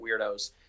weirdos